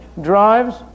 drives